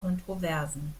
kontroversen